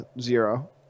Zero